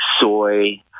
soy